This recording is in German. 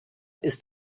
ist